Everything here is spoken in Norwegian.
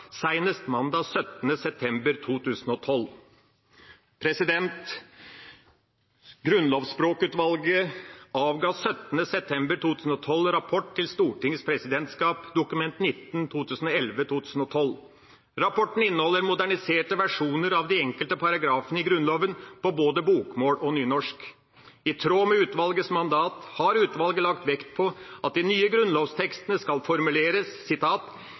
senest mandag 17. september 2012.» Grunnlovsspråkutvalget avga 17. september 2012 rapport til Stortingets presidentskap, Dokument 19 for 2011–2012. Rapporten inneholder moderniserte versjoner av de enkelte paragrafene i Grunnloven, på både bokmål og nynorsk. I tråd med utvalgets mandat har utvalget lagt vekt på at de nye grunnlovstekstene skal formuleres